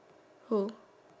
who